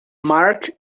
mark